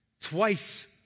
Twice